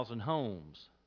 homes